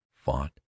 fought